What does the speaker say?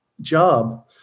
job